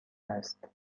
است